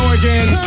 again